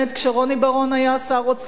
כשרוני בר-און היה שר אוצר,